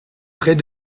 près